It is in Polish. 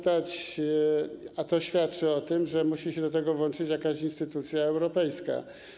To świadczy o tym, że musi się w to włączyć jakaś instytucja europejska.